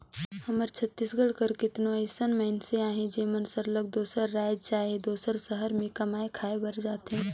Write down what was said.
हमर छत्तीसगढ़ कर केतनो अइसन मइनसे अहें जेमन सरलग दूसर राएज चहे दूसर सहर में कमाए खाए बर जाथें